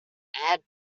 add